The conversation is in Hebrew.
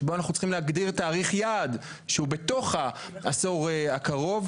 שבו אנחנו צריכים להגדיר תאריך יעד שהוא בתוך העשור הקרוב,